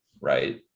right